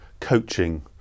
coaching